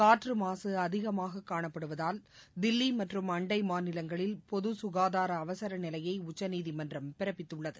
காற்று மாசு அதிகமாக காணப்படுவதால் தில்லி மற்றும் அண்டை மாநிலங்களில் பொது சுகாதார அவசர நிலையை உச்சநீதிமன்றம் பிறப்பித்துள்ளது